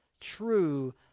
true